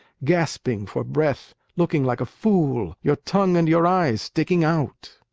gasping for breath, looking like a fool, your tongue and your eyes sticking out.